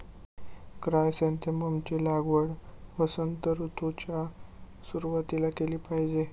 chrysanthemum ची लागवड वसंत ऋतूच्या सुरुवातीला केली पाहिजे